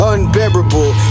Unbearable